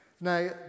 Now